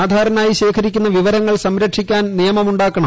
ആധാറിനായി ശേഖരിക്കുന്ന വിവരങ്ങൾ സംരക്ഷിക്കാൻ നിയമമു ാക്കണം